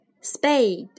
spade